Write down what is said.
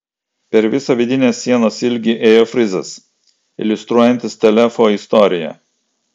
per visą vidinės sienos ilgį ėjo frizas iliustruojantis telefo istoriją